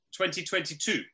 2022